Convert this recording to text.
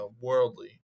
worldly